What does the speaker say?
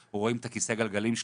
רואים את כיסא הגלגלים שלי,